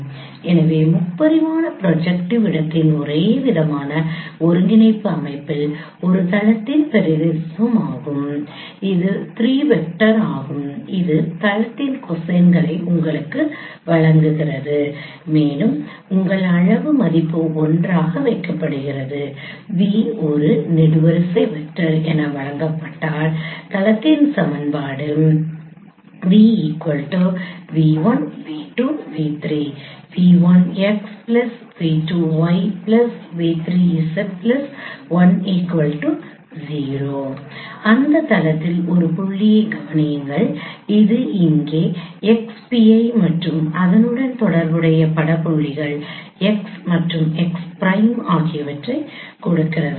எனவே முப்பரிமாண ப்ரொஜெக்ட்டிவ் இடத்தின் ஒரேவிதமான ஒருங்கிணைப்பு அமைப்பில் ஒரு தளத்தின் பிரதிநிதித்துவ மாகும் எனவே இது 3 வெக்டர் ஆகும் இது தளத்தின் கோசைன்களை உங்களுக்கு வழங்குகிறது மேலும் உங்கள் அளவு மதிப்பு 1 ஆக வைக்கப்படுகிறது v ஒரு நெடுவரிசை வெக்டர் என வழங்கப்பட்டால் தளத்தின் சமன்பாடு அந்த தளத்தில் ஒரு புள்ளியைக் கவனியுங்கள் இது இங்கே x pi மற்றும் அதனுடன் தொடர்புடைய பட புள்ளிகள் x மற்றும் x பிரைம் ஆகியவற்றைக் கொடுக்கிறது